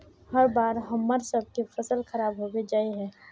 हर बार हम्मर सबके फसल खराब होबे जाए है?